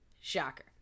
Shocker